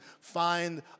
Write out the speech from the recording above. find